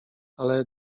ale